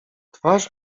twarz